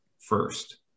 first